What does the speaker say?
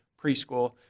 preschool